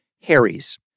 Harry's